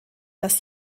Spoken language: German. das